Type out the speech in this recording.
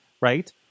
right